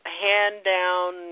hand-down